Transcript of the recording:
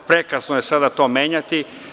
Prekasno je sada to menjati.